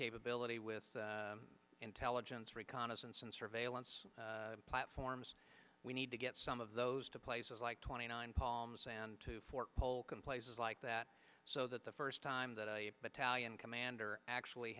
capability with intelligence reconnaissance and surveillance platforms we need to get some of those to places like twenty nine palms and to fort polk and places like that so that the first time that i talian commander actually